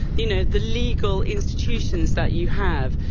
you know, the legal institutions that you have,